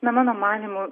na mano manymu